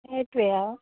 সেইটোৱে আৰু